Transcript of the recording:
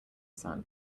sand